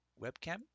Webcam